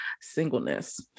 singleness